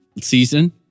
season